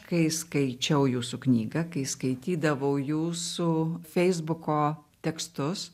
kai skaičiau jūsų knygą kai skaitydavau jūsų feisbuko tekstus